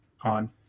on